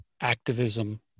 activism